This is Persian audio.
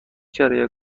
کرایه